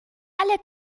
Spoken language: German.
alle